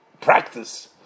practice